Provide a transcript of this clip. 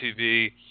TV